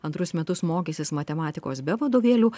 antrus metus mokysis matematikos be vadovėlių